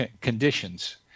conditions